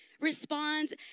responds